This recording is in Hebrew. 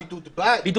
אה, בידוד בית.